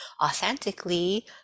authentically